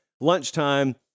lunchtime